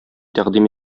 тәкъдим